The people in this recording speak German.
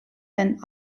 den